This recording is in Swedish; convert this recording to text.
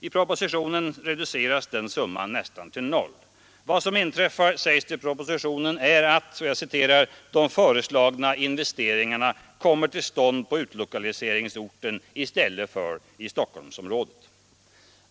I propositionen reduceras den summan till nästan noll. Vad som inträffar, sägs det i propositionen, är att ”de föreslagna investeringarna kommer till stånd på utlokaliseringsorten i stället för i Stockholmsområdet”.